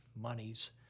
monies